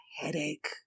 headache